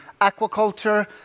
aquaculture